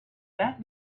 that